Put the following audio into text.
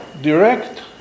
direct